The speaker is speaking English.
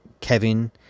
Kevin